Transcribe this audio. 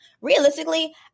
Realistically